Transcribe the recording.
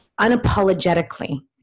unapologetically